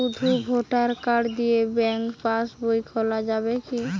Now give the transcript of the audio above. শুধু voter card দিয়ে bank pass বই খোলা যাবে কিনা?